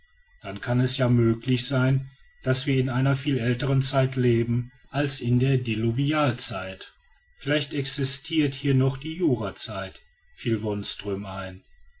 dann kann es ja möglich sein daß wir in einer viel älteren zeit leben als in der diluvialzeit vielleicht existiert hier noch die jurazeit fiel wonström ein